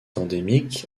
endémique